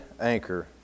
anchor